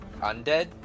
Undead